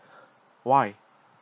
why